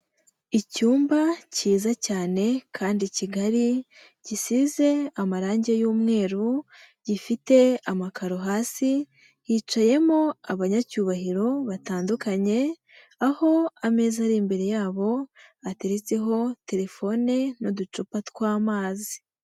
Icyumba cyiza cyane kandi kigari gisize amarangi y'umweru, gifite amakaro hasi, hicayemo abanyacyubahiro batandukanye, aho ameza ari imbere yabo, ateretseho telefone n'uducupa tw'amazi.